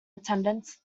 attendance